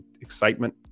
excitement